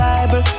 Bible